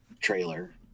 trailer